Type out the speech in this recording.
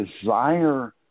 desire